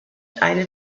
eine